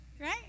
Right